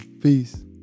Peace